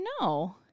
No